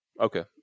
Okay